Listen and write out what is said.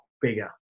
bigger